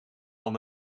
van